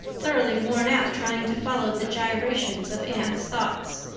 thoroughly worn out trying to follow the gyrations of anne's thoughts.